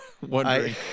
wondering